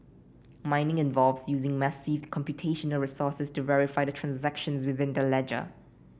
mining involves using massive computational resources to verify the transactions within that ledger